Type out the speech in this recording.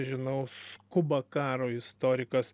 žinau skuba karo istorikas